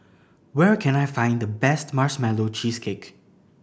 where can I find the best Marshmallow Cheesecake